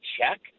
check